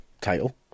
title